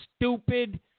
stupid